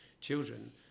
children